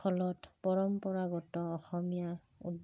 ফলত পৰম্পৰাগত অসমীয়া